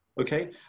okay